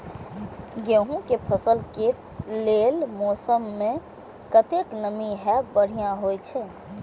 गेंहू के फसल के लेल मौसम में कतेक नमी हैब बढ़िया होए छै?